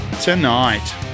Tonight